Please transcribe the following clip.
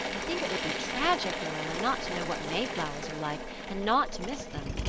i think it would be tragic, marilla, not to know what mayflowers are like and not to miss them.